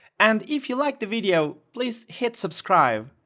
and if you liked the video please hit subscribe